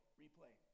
replay